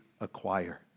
acquire